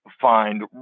find